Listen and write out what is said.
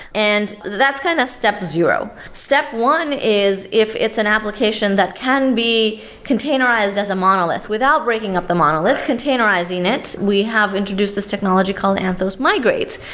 and that's kind of step zero. step one is if it's an application that can be containerized as a monolith without breaking up the monolith, containerizing it. we have introduced this technology called anthos migrate,